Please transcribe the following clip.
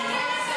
למה להגיד את זה?